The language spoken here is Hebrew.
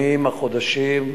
בימים, בחודשים,